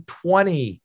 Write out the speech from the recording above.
twenty